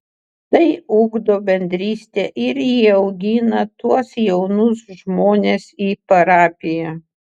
tai ugdo bendrystę ir įaugina tuos jaunus žmones į parapiją